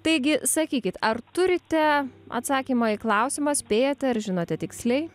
taigi sakykit ar turite atsakymą į klausimą spėjate ar žinote tiksliai